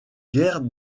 guère